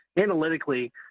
analytically